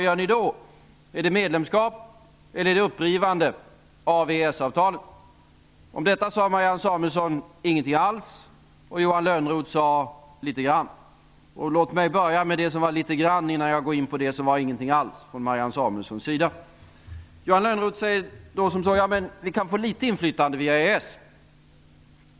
Blir det medlemskap, eller blir det upprivande av EES-avtalet? Om detta sade Marianne Samuelsson ingenting alls, och Johan Lönnroth sade litet grand. Låt mig börja med det som var litet grand innan jag går in på det som var ingenting alls från Marianne Johan Lönnroth säger: Men vi kan få litet inflytande via EES.